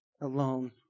alone